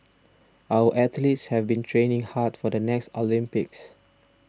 our athletes have been training hard for the next Olympics